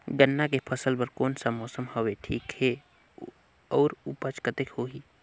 गन्ना के फसल बर कोन सा मौसम हवे ठीक हे अउर ऊपज कतेक होही?